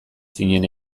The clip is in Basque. zinen